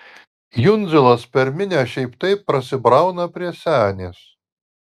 jundzilas per minią šiaip taip prasibrauna prie senės